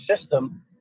system